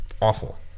awful